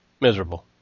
miserable